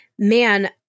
man